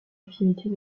activités